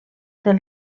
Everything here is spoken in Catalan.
del